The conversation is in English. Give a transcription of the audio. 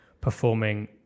performing